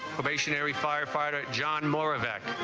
stationary firefighter john moravec